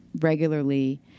regularly